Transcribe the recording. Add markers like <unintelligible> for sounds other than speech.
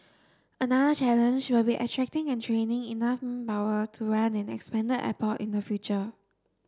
another challenge will be attracting and training enough <unintelligible> power to run an expanded airport in the future